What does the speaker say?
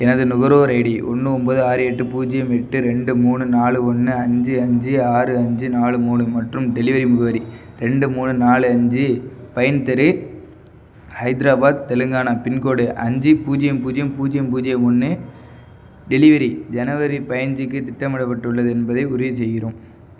எனது நுகர்வோர் ஐடி ஒன்று ஒம்பது ஆறு எட்டு பூஜ்யம் எட்டு ரெண்டு மூணு நாலு ஒன்று அஞ்சு அஞ்சு ஆறு அஞ்சு நாலு மூணு மற்றும் டெலிவரி முகவரி ரெண்டு மூணு நாலு அஞ்சு பைன் தெரு ஹைதராபாத் தெலுங்கானா பின்கோடு அஞ்சு பூஜ்யம் பூஜ்யம் பூஜ்யம் பூஜ்யம் ஒன்று டெலிவரி ஜனவரி பயஞ்சிக்கு திட்டமிடப்பட்டுள்ளது என்பதை உறுதி செய்கிறோம்